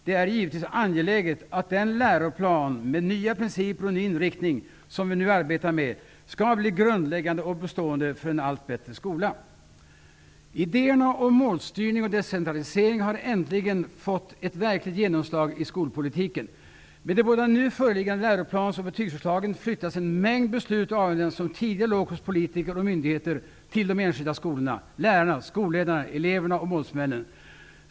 Det är givetvis angeläget att den läroplan med nya principer och ny inriktning som vi nu arbetar med skall bli grundläggande och bestående för en allt bättre skola. Idéerna om målstyrning och decentralisering har äntligen fått ett verkligt genomslag i skolpolitiken. Med de båda nu föreliggande läroplans och betygsförslagen flyttas en mängd beslut och avgöranden, som tidigare låg hos politiker och myndigheter, till de enskilda skolorna, lärarna, skolledarna, eleverna och målsmännen.